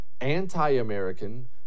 anti-American